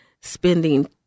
spending